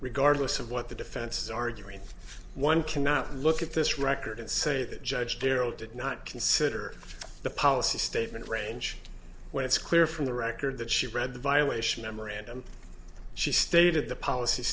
regardless of what the defense is arguing one cannot look at this record and say that judge pirro did not consider the policy statement range when it's clear from the record that she read the violation memorandum she stated the polic